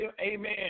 amen